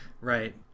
right